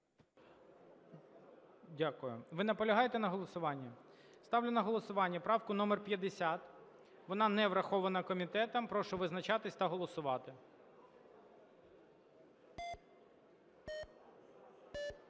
Дякую. Ви наполягаєте на голосуванні? Ставлю на голосування правку номер 50, вона не врахована комітетом. Прошу визначатись та голосувати.